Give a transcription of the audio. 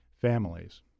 families